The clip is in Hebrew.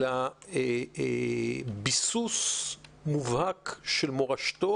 אלא ביסוס מובהק של מורשתו,